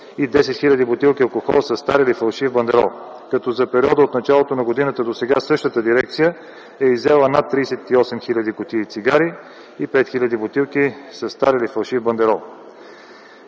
и 10 хиляди бутилки алкохол със стар или фалшив бандерол, като за периода от началото на годината досега същата дирекция е иззела над 38 хиляди кутии цигари и 5 хиляди бутилки със стар или фалшив бандерол.